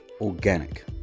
organic